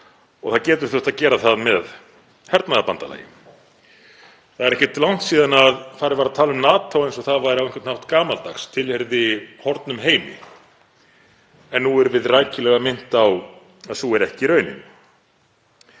og það getur þurft að gera það með hernaðarbandalagi. Það er ekkert langt síðan farið var að tala um NATO eins og það væri á einhvern hátt gamaldags, tilheyrði horfnum heimi. En nú erum við rækilega minnt á að sú er ekki raunin.